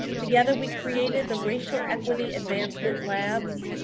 together we created the racial equity advancement labs,